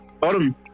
bottom